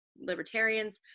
libertarians